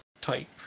type